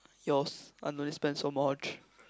yours I don't need spend so much